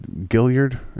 Gilliard